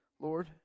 Lord